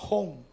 Home